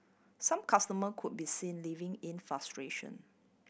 some customer could be seen leaving in frustration